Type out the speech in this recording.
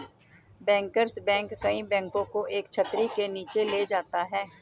bankers bank कई बैंकों को एक छतरी के नीचे ले जाता है